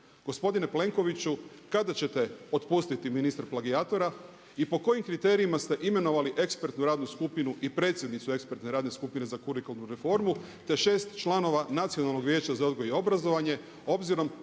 Gospodine Plenkoviću, kada ćete otpustiti ministra plagijatora i po kojim kriterijima ste imali ekspertnu radnu skupinu i predsjednicu ekspertne radne skupe za kurikularnu reformu, te 6 članova Nacionalnog vijeća za odgoj i obrazovanje, obzirom